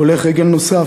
הולך רגל נוסף,